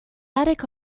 attic